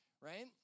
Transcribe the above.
right